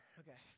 okay